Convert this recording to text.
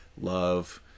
love